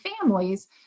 families